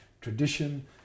tradition